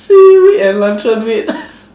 seaweed and luncheon meat